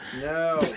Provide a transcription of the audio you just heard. No